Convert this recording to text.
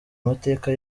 amateka